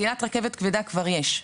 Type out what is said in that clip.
נסיעת רכבת כבדה כבר יש,